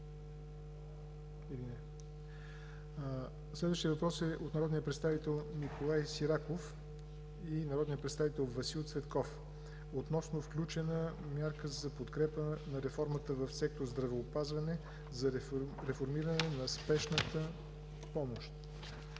Следващият въпрос е от народния представител Николай Сираков и народния представител Васил Цветков относно включена мярка за подкрепа на реформата в сектор „Здравеопазване“ за реформиране на спешната помощ.